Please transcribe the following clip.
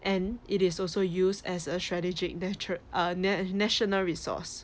and it is also used as a strategic natur~ uh na~ national resource